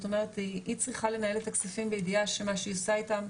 היא צריכה לנהל את הכספים בידיעה שמה שהיא עושה איתם,